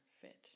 fit